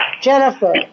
Jennifer